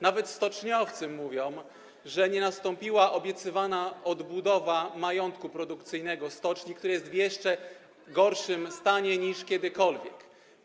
Nawet stoczniowcy mówią, że nie nastąpiła obiecywana odbudowa majątku produkcyjnego stoczni, który jest w jeszcze gorszym stanie niż kiedyś.